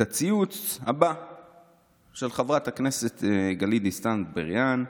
את הציוץ הבא של חברת הכנסת גלית דיסטל אטבריאן.